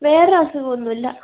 വേറെ അസുഖമൊന്നുമില്ല